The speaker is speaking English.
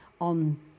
on